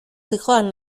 zihoan